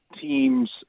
teams